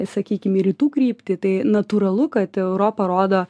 sakykim į rytų kryptį tai natūralu kad europa rodo